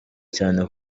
cyane